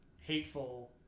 hateful